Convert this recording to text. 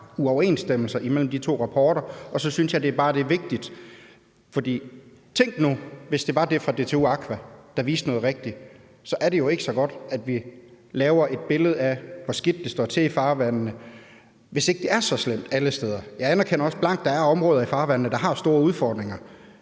uoverensstemmelse mellem de to rapporter. Tænk nu, hvis det var det fra DTU Aqua, der viste noget rigtigt, så er det jo ikke så godt, at vi skaber et billede af, hvor skidt det står til i farvandene, hvis ikke det er så slemt alle steder. Jeg anerkender også blankt, at der er områder i farvandene, der har store udfordringer.